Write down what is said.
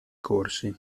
corsi